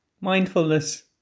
mindfulness